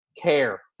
care